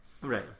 Right